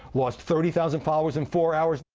lost thirty thousand followers in four hours.